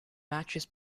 mattress